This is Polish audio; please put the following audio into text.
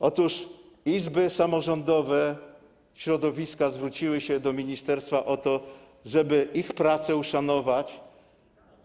Otóż izby samorządowe, środowiska zwróciły się do ministerstwa o to, żeby ich pracę uszanować